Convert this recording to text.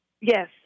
Yes